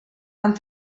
amb